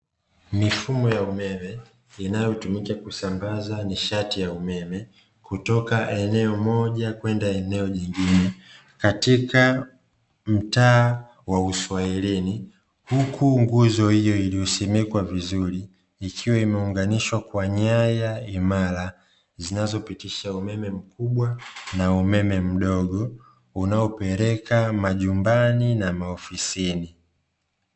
Mifumo ya umeme inayotumika kusambaza nishati ya umeme kutoka eneo moja kwenda eneo jingine katika mtaa wa uswahilini, huku nguzo hiyo iliyosimikwa vizuri, ikiwa imeunganishwa kwa nyaya imara zinazopitisha umeme mkubwa na umeme mdogo unaopeleka majumbani na maofisini.